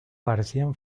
parecían